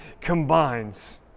combines